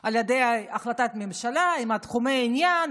על ידי החלטת ממשלה עם תחומי העניין,